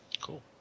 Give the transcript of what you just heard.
Cool